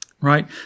Right